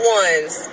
ones